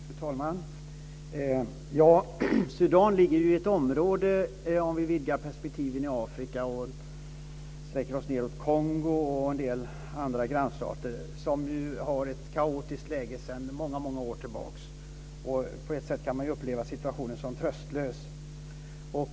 Fru talman! Sudan ligger i ett område i Afrika med Kongo och andra grannstater som har ett kaotiskt läge sedan många år tillbaka. På ett sätt kan man uppleva situationen som tröstlös.